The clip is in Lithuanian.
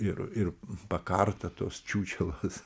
ir ir pakarta tos čiūčelos